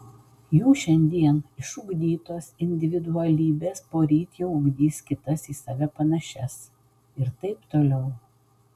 jų šiandien išugdytos individualybės poryt jau ugdys kitas į save panašias ir taip toliau